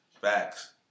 Facts